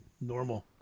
normal